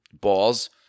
balls